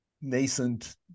nascent